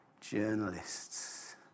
journalists